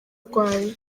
rwanyu